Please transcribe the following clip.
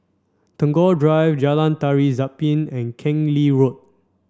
Tagore Drive Jalan Tari Zapin and Keng Lee Road